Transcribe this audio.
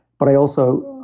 but i also,